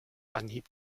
anhieb